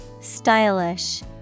Stylish